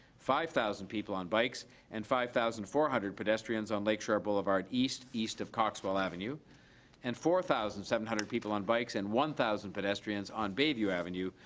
five thousand people on bikes and five thousand four hundred pedestrians on lake shore boulevard east, east of coxwell avenue and four thousand seven hundred people on bikes and one thousand pedestrians on bayview avenue,